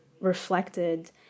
reflected